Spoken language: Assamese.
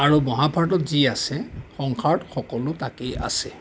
আৰু মহাভাৰতত যি আছে সংসাৰত সকলো তাতেই আছে